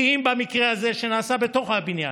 כי אם במקרה הזה, שנעשה בתוך הבניין,